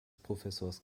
professors